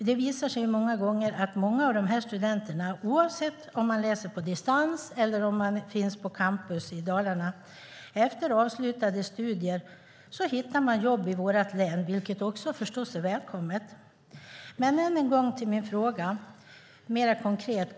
Det visar sig många gånger att många av dessa studenter oavsett om de läser på distans eller finns på Campus i Dalarna efter avslutade studier hittar jobb i vårt län, vilket förstås är välkommet. Jag kommer än en gång till min fråga mer konkret.